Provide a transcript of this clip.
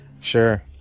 Sure